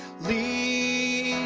the